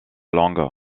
langue